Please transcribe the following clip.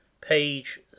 page